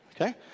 Okay